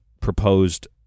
proposed